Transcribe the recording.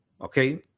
Okay